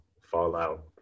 Fallout